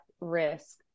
risk